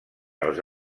els